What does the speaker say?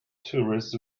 tourists